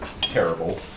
Terrible